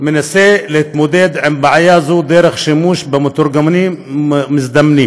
מנסה להתמודד עם בעיה זו דרך שימוש במתורגמנים מזדמנים,